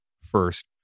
first